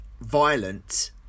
violent